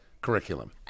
curriculum